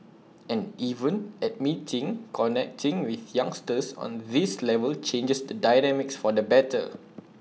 and even admitting connecting with youngsters on this level changes the dynamics for the better